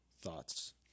thoughts